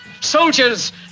soldiers